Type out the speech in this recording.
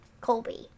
Colby